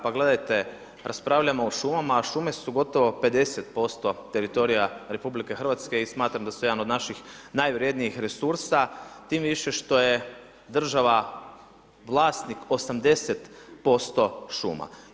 Pa gledajte, raspravljamo o šumama a šume su gotovo 50% teritorija RH i smatram da su jedan od naših najvrjednijih resursa tim više što je država vlasnik 80% šuma.